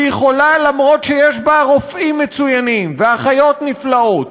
והיא חולה אף שיש בה רופאים מצוינים ואחיות נפלאות,